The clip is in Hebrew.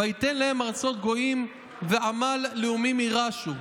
ויתן להם ארצות גוים ועמל לאֻמים יירשו.